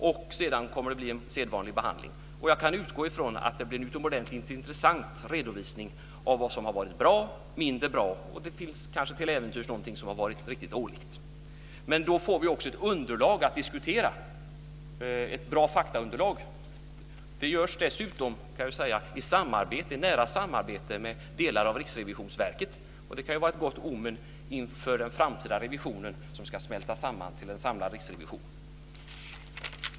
Därefter sker en sedvanlig behandling. Jag utgår ifrån att det kommer att bli en utomordentligt intressant redovisning av vad som har varit bra, mindre bra och kanske något som till äventyrs varit riktigt dåligt. Då får vi också ett bra faktaunderlag att diskutera. Det görs dessutom i nära samarbete med delar av Riksrevisionsverket. Det kan vara ett gott omen inför den framtida revisionen som ska smälta samman till en samlad riksrevision.